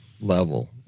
level